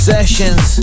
Sessions